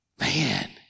Man